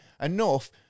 enough